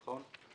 נכון?